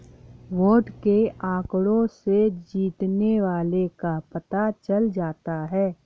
vote के आंकड़ों से जीतने वाले का पता चल जाता है